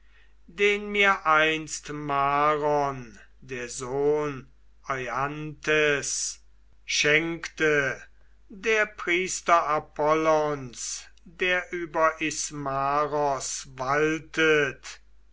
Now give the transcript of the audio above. den mir einst maron der sohn euanthes schenkte der priester apollons der über ismaros waltet